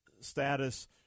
status